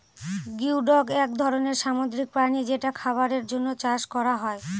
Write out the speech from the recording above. geoduck এক ধরনের সামুদ্রিক প্রাণী যেটা খাবারের জন্য চাষ করা হয়